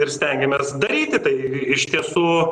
ir stengiamės daryti tai iš tiesų